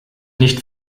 nicht